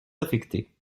affectés